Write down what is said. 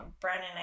Brennan